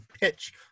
pitch